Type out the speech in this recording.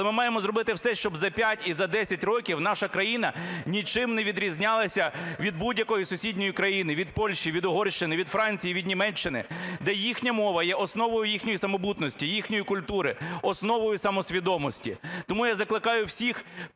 але ми маємо зробити все, що за 5 і за 10 років наша країна нічим не відрізнялася від будь-якої сусідньої країни – від Польщі, від Угорщини, від Франції, від Німеччини, де їхня мова є основою їхньої самобутності, їхньої культури, основою самосвідомості. Тому я закликаю всіх